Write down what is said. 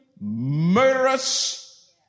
murderous